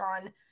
on